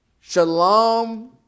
Shalom